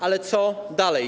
Ale co dalej?